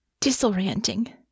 disorienting